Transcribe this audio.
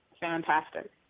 fantastic